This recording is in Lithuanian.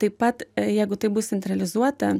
taip pat jeigu tai bus centralizuota